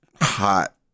hot